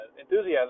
enthusiasm